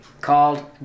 called